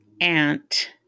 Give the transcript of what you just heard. aunt